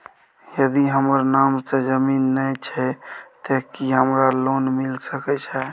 यदि हमर नाम से ज़मीन नय छै ते की हमरा लोन मिल सके छै?